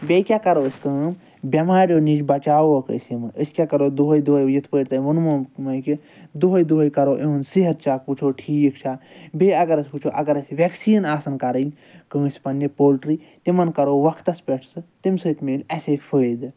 بیٚیہِ کیاہ کرو أسۍ کٲم بٮ۪ماریو نِش بَچاووکھ أسۍ یِم أسۍ کیاہ کرو دۄہَے دۄہَے یِتھ پٲٹھۍ تۄہہِ ووٚنمو مےٚ یہِ کہ دۄہَے دۄہَے کرو یِہُنٛد صحت چَک وٕچھو ٹھیٖک چھا بیٚیہِ اگر أسۍ وٕچھو اگر اَسہِ ویٚکسیٖن آسَن کَرٕنۍ کٲنٛسہِ پنٛنہِ پولٹری تمن کرو وَقتَس پٮ۪ٹھ سُہ تَمہِ سۭتۍ مِلہِ اَسے فٲیدٕ